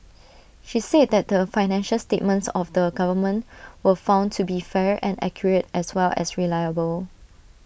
she said that the financial statements of the government were found to be fair and accurate as well as reliable